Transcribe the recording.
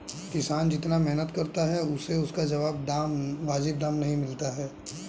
किसान जितनी मेहनत करता है उसे उसका वाजिब दाम नहीं मिलता है